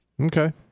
Okay